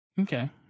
Okay